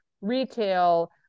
retail